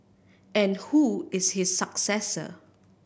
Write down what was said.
and who is his successor